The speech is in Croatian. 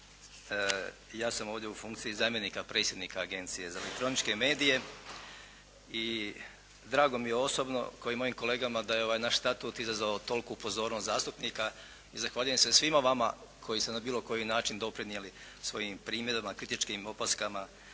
Ja sam ovdje u funkciji zamjenika predsjednika Agencije za elektroničke medije i drago mi je osobno kao i mojim kolegama da je ovaj naš statut izazvao toliku pozornost zastupnika i zahvaljujem se svima nama koji ste na bilo koji način doprinijeli svojim primjedbama, kritičkim opaskama